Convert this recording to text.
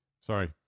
Sorry